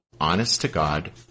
honest-to-God